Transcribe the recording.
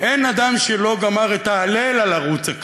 אין אדם שלא גמר את ההלל על ערוץ הכנסת.